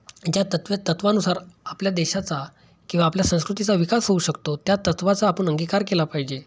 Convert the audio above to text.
ज्या तत्व तत्वानुसार आपल्या देशाचा किंवा आपल्या संस्कृतीचा विकास होऊ शकतो त्या तत्वाचा आपण अंगीकार केला पाहिजे